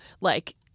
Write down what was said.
like-